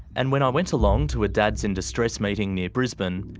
and when i went along to a dads in distress meeting near brisbane,